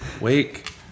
Wake